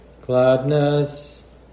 gladness